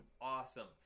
awesome